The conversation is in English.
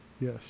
Yes